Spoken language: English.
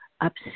upset